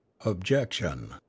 OBJECTION